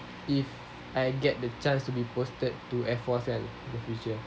if I get the chance to be posted to air force then in the future